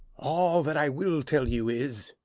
all that i will tell you is,